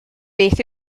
beth